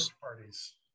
parties